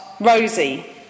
Rosie